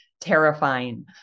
terrifying